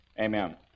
Amen